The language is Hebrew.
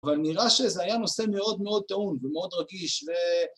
‫אבל נראה שזה היה נושא ‫מאוד מאוד טעון ומאוד רגיש ו...